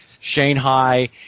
Shanghai